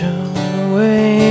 away